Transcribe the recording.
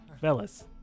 fellas